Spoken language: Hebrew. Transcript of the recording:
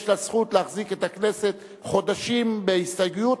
יש זכות להחזיק את הכנסת חודשים בהסתייגות,